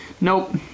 Nope